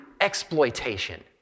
exploitation